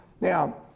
Now